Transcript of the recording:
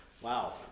Wow